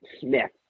Smith